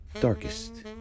darkest